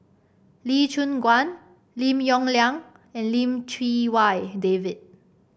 Lee Choon Guan Lim Yong Liang and Lim Chee Wai David